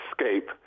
escape